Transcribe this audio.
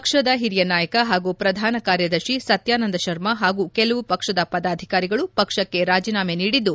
ಪಕ್ಷದ ಹಿರಿಯ ನಾಯಕ ಹಾಗೂ ಪ್ರಧಾನ ಕಾರ್ಯದರ್ಶಿ ಸತ್ಲಾನಂದ ಶರ್ಮ ಹಾಗೂ ಕೆಲವು ಪಕ್ಷದ ಪದಾಧಿಕಾರಿಗಳು ಪಕ್ಷಕ್ಕೆ ರಾಜೀನಾಮೆ ನೀಡಿದ್ದು